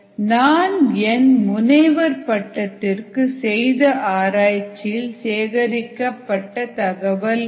நான் என் முனைவர் பட்டத்திற்கு செய்த ஆராய்ச்சியில் சேகரித்த தகவல் இது